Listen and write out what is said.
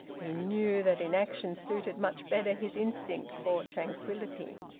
he knew that inaction suited much better his instinct for tranquillity.